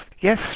Yes